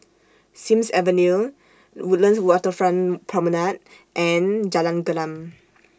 Sims Avenue Woodlands Waterfront Promenade and Jalan Gelam